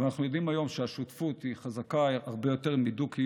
אבל אנחנו יודעים היום שהשותפות היא חזקה הרבה יותר מדו-קיום,